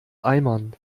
eimern